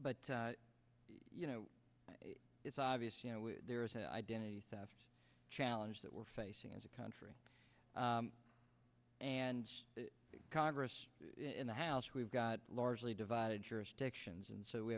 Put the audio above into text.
but you know it's obvious there is an identity theft challenge that we're facing as a country and congress in the house we've got largely divided jurisdictions and so we